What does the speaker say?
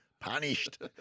punished